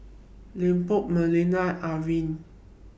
Leopold Melanie Irvine